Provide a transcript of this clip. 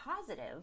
positive